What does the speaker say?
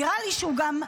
גם נראה לי שהוא ברור.